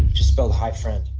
just spelled, hi friend